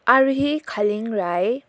Aaruhi Khaling Rai